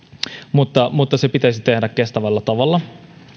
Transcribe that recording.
mutta mutta se pitäisi tehdä kestävällä tavalla